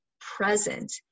present